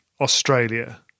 Australia